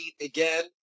again